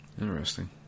Interesting